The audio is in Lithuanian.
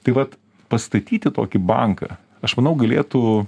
tai vat pastatyti tokį banką aš manau galėtų